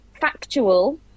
factual